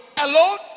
Alone